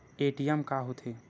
ATM का होथे?